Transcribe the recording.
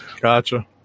Gotcha